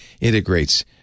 integrates